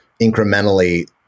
incrementally